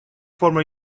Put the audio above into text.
former